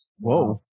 Whoa